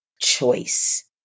choice